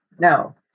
no